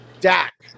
Dak